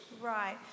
Right